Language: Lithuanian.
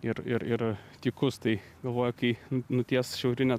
ir ir ir tykus tai galvoju kai nuties šiaurinę